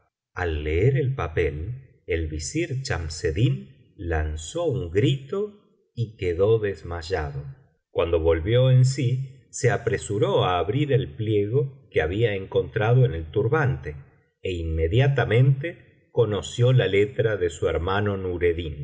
el papel el visir chamseddin lanzó un grito y quedó desmayado cuando volvió en sí se apresuró a abrir el pliego que había encontrado en el turbante é inmediatamente conoció la letra de su hermano